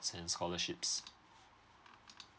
and scholarships